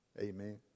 Amen